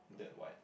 that wide